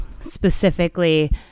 Specifically